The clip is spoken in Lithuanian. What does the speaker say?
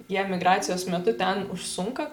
jie migracijos metu ten užsuka